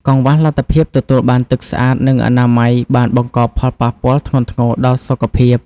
កង្វះលទ្ធភាពទទួលបានទឹកស្អាត និងអនាម័យបានបង្កផលប៉ះពាល់ធ្ងន់ធ្ងរដល់សុខភាព។